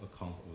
account